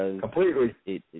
completely